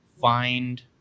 find